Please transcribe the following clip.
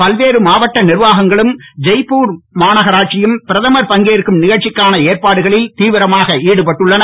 பல்வேறு மாவட்ட நிர்வாகங்களும் ஜெய்ப்பூர் மாநகராட்சியும் பிரதமர் பங்கேற்கும் நிகழ்ச்சிக்கான ஏற்பாடுகளில் தீவிரமாக ஈடுபட்டுள்ளன